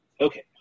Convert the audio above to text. Okay